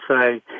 say